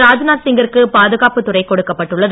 ராஜ்நாத் சிங்கிற்கு பாதுகாப்புத் துறை கொடுக்கப்பட்டுள்ளது